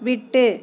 விட்டு